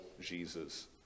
Jesus